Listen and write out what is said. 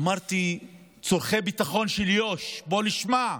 אמרתי, צורכי ביטחון של יו"ש, בואו נשמע,